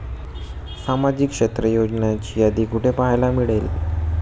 सामाजिक क्षेत्र योजनांची यादी कुठे पाहायला मिळेल?